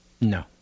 No